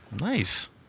Nice